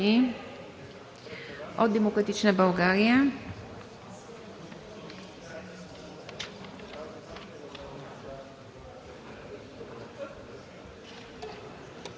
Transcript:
Благодаря Ви. От „Демократична България“